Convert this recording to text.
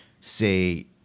say